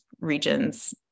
regions